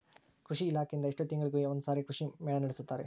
ಕೃಷಿ ಇಲಾಖೆಯಿಂದ ಎಷ್ಟು ತಿಂಗಳಿಗೆ ಒಂದುಸಾರಿ ಕೃಷಿ ಮೇಳ ನಡೆಸುತ್ತಾರೆ?